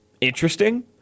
interesting